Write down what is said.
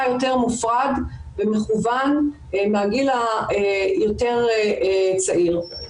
יותר נפרד ומכוון מהגיל היותר צעיר.